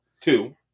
Two